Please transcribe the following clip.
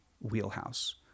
wheelhouse